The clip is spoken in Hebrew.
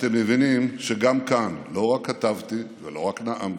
ואתם מבינים שגם כאן לא רק כתבתי ולא רק נאמתי,